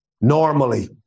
normally